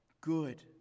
good